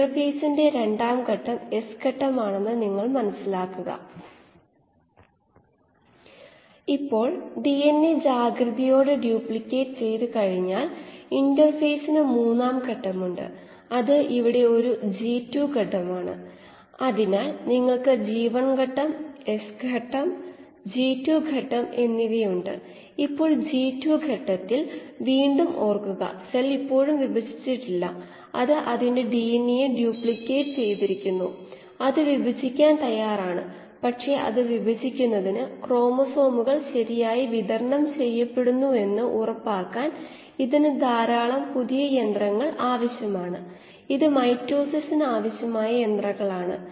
ഒരു കീമോസ്റ്റാറ്റിൽ കോശങ്ങളുടെ ഉൽപാദനക്ഷമതയാണ് നോക്കേണ്ടത് അതായത് കോശങ്ങൾ പ്രൊഡക്ടിവിറ്റി എന്നത് ഒരു യൂണിറ്റ് സമയത്തിന് ഒരു യൂണിറ്റ് വ്യാപ്തത്തിൽ ഉൽപാദിപ്പിക്കുന്ന കോശങ്ങളുടെ അളവ് ആണ് കോശങ്ങൾ ഒരു ഉൽപ്പന്നം ഉൽപാദിപ്പിക്കുന്നു നിങ്ങൾ കോശ ഉൽപാദനക്ഷമത വർദ്ധിപ്പിക്കാൻ താൽപ്പര്യപ്പെടുന്നു കാരണം ഇത് കോശത്തിനുള്ളിലെ തന്മാത്രയുടെ ഉൽപാദന വർദ്ധനവിനെ നേരിട്ട് വിവർത്തനം ചെയ്യുന്നു കൂടുതൽ വ്യവസായ ശാല ഉണ്ടെങ്കിൽ എങ്കിൽ കൂടുതൽ ഉൽപ്പന്നങ്ങളും ഉണ്ടാകും നമ്മൾ കോശത്തിന്റെ ഉൽപ്പാദനക്ഷമത വർധിപ്പിക്കാനാണ് നോക്കുന്നത്